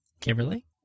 Kimberly